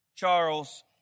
Charles